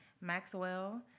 Maxwell